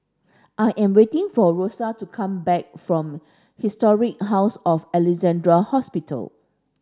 I am waiting for Rosa to come back from Historic House of Alexandra Hospital